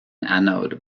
anode